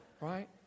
right